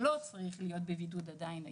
שלא צריך להיות בבידוד עדיין היום,